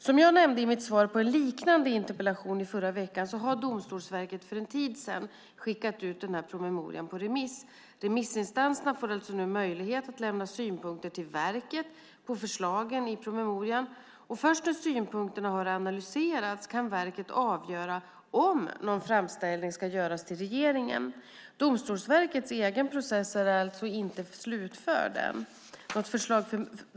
Som jag nämnde i mitt svar på en liknande interpellation i förra veckan har Domstolsverket för en tid sedan skickat ut promemorian på remiss. Remissinstanserna får alltså nu möjlighet att lämna synpunkter till verket på förslagen i promemorian. Först när synpunkterna har analyserats kan verket avgöra om någon framställning ska göras till regeringen. Domstolsverkets egen process är alltså inte slutförd än.